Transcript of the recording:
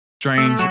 Strange